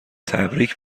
تبریک